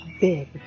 big